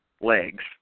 legs